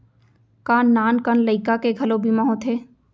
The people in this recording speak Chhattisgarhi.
का नान कन लइका के घलो बीमा होथे?